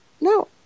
No